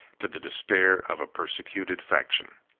to the despair of a persecuted faction.